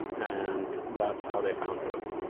and that's how they found druid.